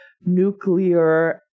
nuclear